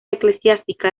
eclesiástica